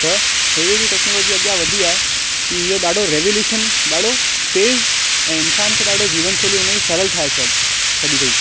त अहिड़ी अहिड़ी टेक्नोलॉजी अॻियां वधी आहे की इहो ॾाढो रेवोलुशन ॾाढो तेज़ ऐं इन्सानु खे ॾाढो जीवन शैली हुनजी सरल ठाहे छॾ छॾी अथईं